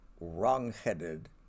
wrong-headed